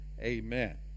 Amen